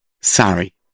Sorry